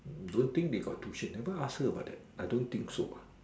don't think they got tuition never ask her but I don't think so